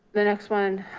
the next one,